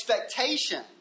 expectation